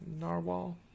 narwhal